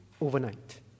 overnight